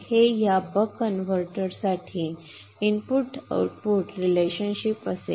तर हे या बक कन्व्हर्टर साठी इनपुट आउटपुट संबंध असेल